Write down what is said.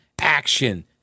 action